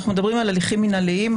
אנחנו מדברים על הליכים מינהליים,